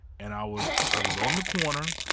and i was i was on the corner,